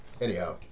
Anyhow